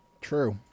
True